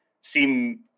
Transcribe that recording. seem